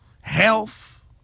health